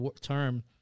term